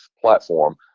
platform